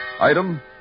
Item